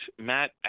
Matt